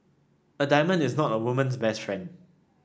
a diamond is not a woman's best friend